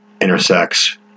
intersects